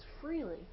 freely